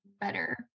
better